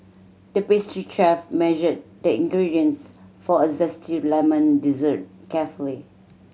the pastry chef measured the ingredients for a zesty lemon dessert carefully